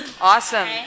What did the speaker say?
Awesome